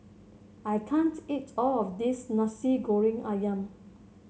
I can't eat all of this Nasi Goreng ayam